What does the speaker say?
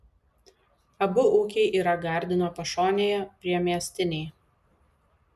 abu ūkiai yra gardino pašonėje priemiestiniai